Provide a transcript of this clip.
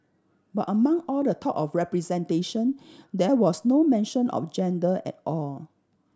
but among all the talk of representation there was no mention of gender at all